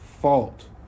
fault